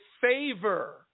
favor